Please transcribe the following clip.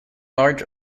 large